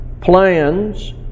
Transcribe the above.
plans